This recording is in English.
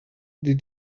did